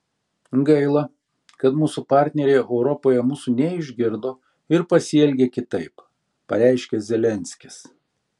gaila kad mūsų partneriai europoje mūsų neišgirdo ir pasielgė kitaip pareiškė zelenskis